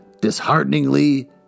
dishearteningly